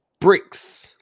bricks